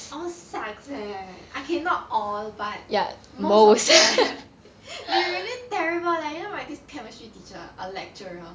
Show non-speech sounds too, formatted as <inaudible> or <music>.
all sucks eh okay not all but most of them <laughs> they really terrible leh you know my this chemistry teacher a lecturer